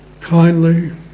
kindly